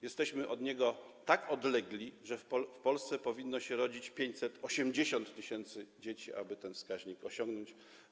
Jesteśmy od niego tak odlegli, że w Polsce powinno się rodzić 580 tys. dzieci, aby ten wskaźnik osiągnąć.